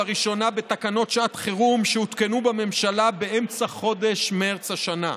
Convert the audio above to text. לראשונה בתקנות שעת חירום שהותקנו בממשלה באמצע חודש מרץ השנה.